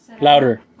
Louder